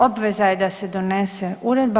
Obveza je da se donese uredba.